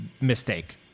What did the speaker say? mistake